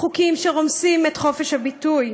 חוקים שרומסים את חופש הביטוי,